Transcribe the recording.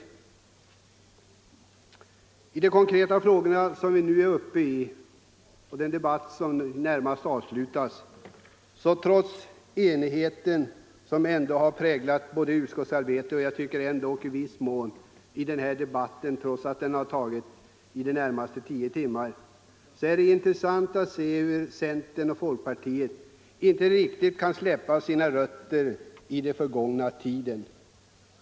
När det gäller de konkreta frågor som vi här behandlar och den debatt som nu är i det närmaste avslutad är det — trots den enighet som ändå präglat utskottsarbetet och den nästan tio timmar långa debatten — intressant att se hur centern och folkpartiet inte riktigt kan släppa sina rötter i det förgångna.